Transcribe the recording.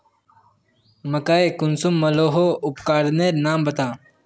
मकई कुंसम मलोहो उपकरनेर नाम बता?